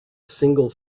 single